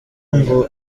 ngo